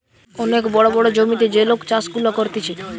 অনেক বড় বড় জমিতে যে লোক চাষ গুলা করতিছে